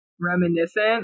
reminiscent